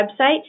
website